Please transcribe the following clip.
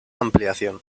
ampliación